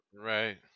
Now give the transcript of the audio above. right